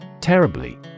Terribly